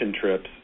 trips